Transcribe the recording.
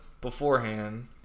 beforehand